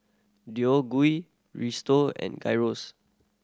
Gui Risotto and Gyros